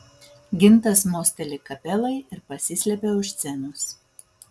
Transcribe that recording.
gintas mosteli kapelai ir pasislepia už scenos